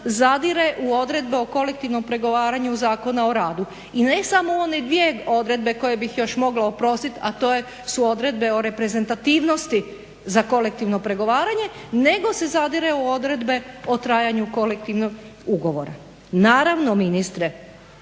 zadire u odredbe o kolektivnom pregovaranju Zakona o radu. I ne samo one dvije odredbe koje bih još mogla oprostit, a to su odredbe o reprezentativnosti za kolektivno pregovaranje, nego se zadire u odredbe o trajanju kolektivnog ugovora. Naravno ministre